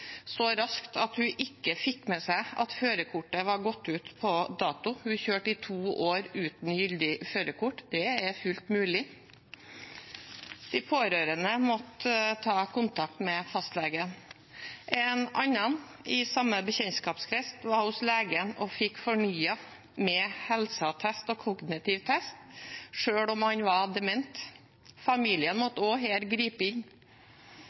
med seg at førerkortet var gått ut på dato. Hun kjørte i to år uten gyldig førerkort. Det er fullt mulig. De pårørende måtte ta kontakt med fastlegen. En annen i samme bekjentskapskrets var hos legen og fikk fornyet førerkortet, med helseattest og kognitiv test, selv om han var dement. Familien måtte også her gripe inn.